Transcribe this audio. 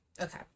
okay